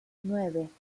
nueve